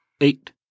Eight